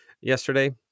yesterday